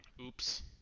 Oops